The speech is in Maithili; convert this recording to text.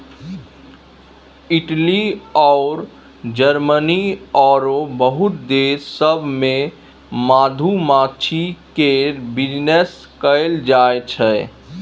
इटली अउर जरमनी आरो बहुते देश सब मे मधुमाछी केर बिजनेस कएल जाइ छै